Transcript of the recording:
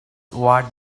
what